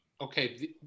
Okay